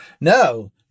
no